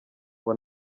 ngo